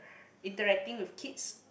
interacting with kids